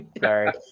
Sorry